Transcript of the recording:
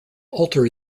alter